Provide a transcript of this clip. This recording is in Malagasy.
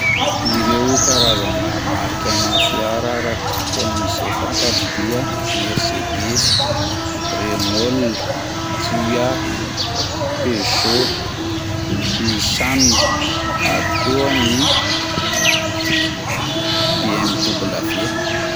Ireo karazana marika ana fiara araka izay fantatro dia: mercedesy, renault, KIA, peugeot, nissan, ary koa ny BMW.